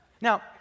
Now